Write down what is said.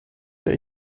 der